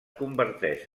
converteix